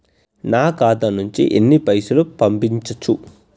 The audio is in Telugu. నా ఖాతా నుంచి ఎన్ని పైసలు పంపించచ్చు?